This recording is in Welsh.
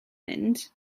mynd